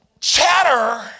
chatter